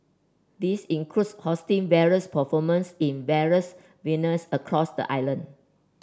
this includes hosting various performers in various venues across the island